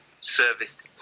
serviced